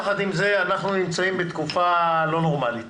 יחד עם זה, אנחנו נמצאים בתקופה לא נורמלית